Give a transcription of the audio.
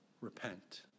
Repent